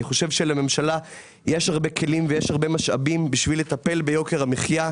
אני חושב שלממשלה יש הרבה כלים ויש הרבה משאבים בשביל לטפל ביוקר המחיה.